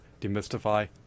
demystify